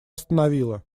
остановило